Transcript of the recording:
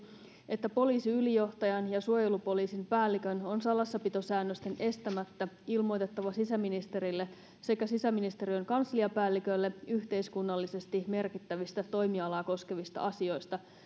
että poliisiylijohtajan ja suojelupoliisin päällikön on salassapitosäännösten estämättä ilmoitettava sisäministerille sekä sisäministeriön kansliapäällikölle yhteiskunnallisesti merkittävistä toimialaa koskevista asioista